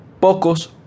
Pocos